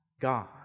God